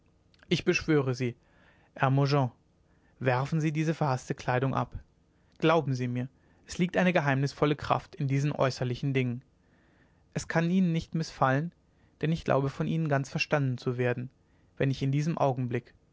ich beschwöre sie hermogen werfen sie diese verhaßte kleidung ab glauben sie mir es liegt eine geheimnisvolle kraft in diesen äußerlichen dingen es kann ihnen nicht mißfallen denn ich glaube von ihnen ganz verstanden zu werden wenn ich in diesem augenblick